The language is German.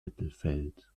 mittelfeld